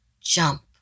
Jump